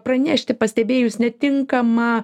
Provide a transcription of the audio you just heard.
pranešti pastebėjus netinkamą